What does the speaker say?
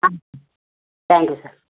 ம் thank you sir